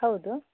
ಹೌದು